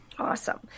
Awesome